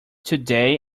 today